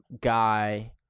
guy